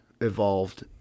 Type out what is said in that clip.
evolved